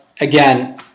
again